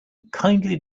kindly